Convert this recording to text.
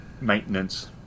maintenance